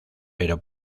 pero